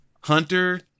hunter